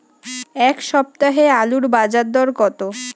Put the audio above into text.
এ সপ্তাহে আলুর বাজার দর কত?